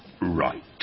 Right